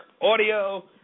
audio